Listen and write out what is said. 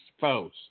foes